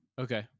Okay